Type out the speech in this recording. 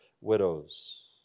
widows